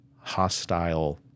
hostile